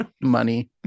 money